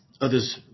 others